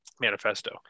manifesto